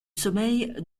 sommeil